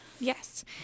Yes